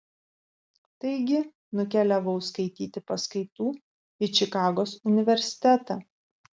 taigi nukeliavau skaityti paskaitų į čikagos universitetą